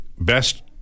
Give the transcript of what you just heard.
best